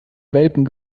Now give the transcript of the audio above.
welpen